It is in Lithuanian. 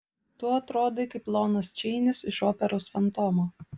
tu atrodai kaip lonas čeinis iš operos fantomo